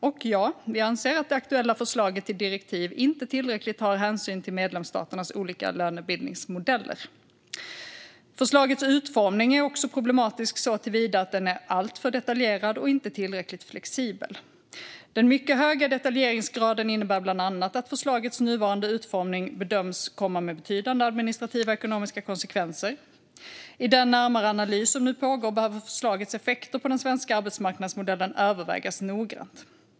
Och ja, vi anser att det aktuella förslaget till direktiv inte tar tillräcklig hänsyn till medlemsstaternas olika lönebildningsmodeller. Förslagets utformning är också problematisk såtillvida att den är alltför detaljerad och inte tillräckligt flexibel. Den mycket höga detaljeringsgraden innebär bland annat att förslagets nuvarande utformning bedöms medföra betydande administrativa och ekonomiska konsekvenser. I den närmare analys som nu pågår behöver förslagets effekter på den svenska arbetsmarknadsmodellen övervägas noggrant.